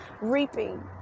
reaping